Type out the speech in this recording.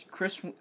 Chris